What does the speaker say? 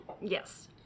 Yes